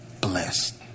blessed